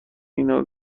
اینو